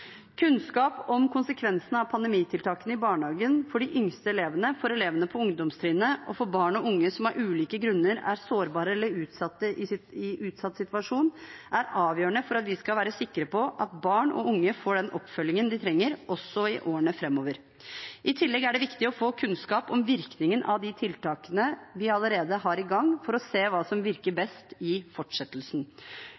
Kunnskap om konsekvensene av pandemitiltakene i barnehagen, for de yngste elevene, for elevene på ungdomstrinnet og for barn og unge som av ulike grunner er sårbare og i en utsatt situasjon, er avgjørende for at vi skal være sikre på at barn og unge får den oppfølgingen de trenger, også i årene framover. I tillegg er det viktig å få kunnskap om virkningen av de tiltakene som allerede er i gang, for å se hva som virker